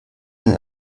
den